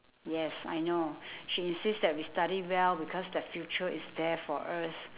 yes I know she insist that we study well because the future is there for us